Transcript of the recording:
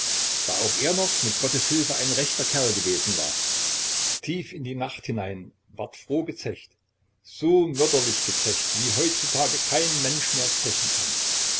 da auch er noch mit gottes hilfe ein rechter kerl gewesen war tief in die nacht hinein ward froh gezecht so mörderlich gezecht wie heutzutage kein mensch mehr zechen kann